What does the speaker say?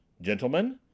gentlemen